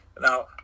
Now